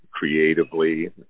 Creatively